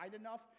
enough